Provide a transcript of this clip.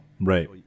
right